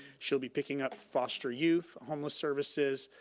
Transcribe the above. she'll be picking up foster youth, homeless services,